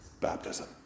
baptism